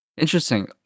Interesting